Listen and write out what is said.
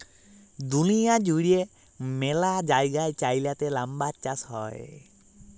দুঁলিয়া জুইড়ে ম্যালা জায়গায় চাইলাতে লাম্বার চাষ হ্যয়